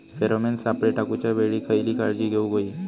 Pheromone सापळे टाकूच्या वेळी खयली काळजी घेवूक व्हयी?